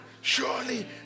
Surely